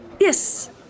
Yes